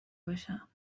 باشم